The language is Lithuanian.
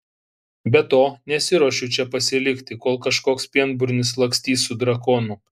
be to nesiruošiu čia pasilikti kol kažkoks pienburnis lakstys su drakonu